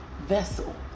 vessel